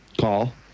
call